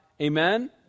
Amen